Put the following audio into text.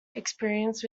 experience